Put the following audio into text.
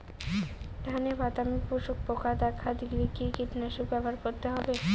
ধানে বাদামি শোষক পোকা দেখা দিলে কি কীটনাশক ব্যবহার করতে হবে?